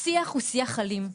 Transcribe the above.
השיח הוא שיח אלים.